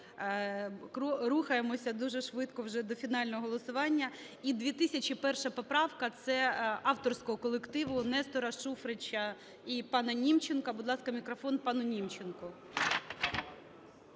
Рухаємося дуже швидко вже до фінального голосування. І 2001 поправка, це авторського колективу Нестора Шуфрича і пана Німченка. Будь ласка, мікрофон пану Німченку.